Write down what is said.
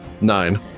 Nine